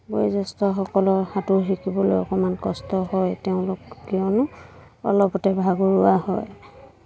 বয়োজ্যেষ্ঠসকলৰ সাঁতোৰ শিকিবলৈ অকণমান কষ্ট হয় তেওঁলোক কিয়নো অলপতে ভাগৰুৱা হয়